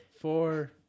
four